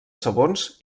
sabons